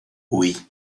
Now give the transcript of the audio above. oui